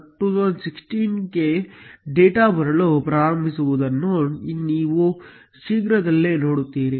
election2016 ಕ್ಕೆ data ಬರಲು ಪ್ರಾರಂಭವಾಗುವುದನ್ನು ನೀವು ಶೀಘ್ರದಲ್ಲೇ ನೋಡುತ್ತೀರಿ